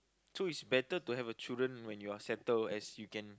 so it's better to have a children when you are settle as you can